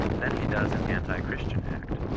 then he does an antirchristian act,